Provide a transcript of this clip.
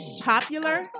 popular